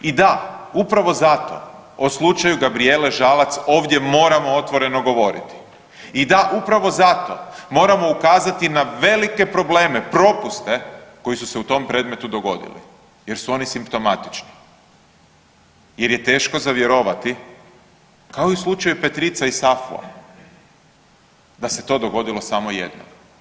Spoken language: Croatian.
I da, upravo zato o slučaju Gabrijele Žalac ovdje moramo otvoreno govoriti i da upravo zato moramo ukazati na velike probleme, propuste koji su se u tom predmetu dogodili jer su oni simptomatični jer je teško vjerovati kao i u slučaju Petrica i SAFU-a da se to dogodilo samo jednom.